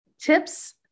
tips